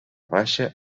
baixa